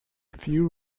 few